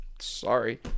sorry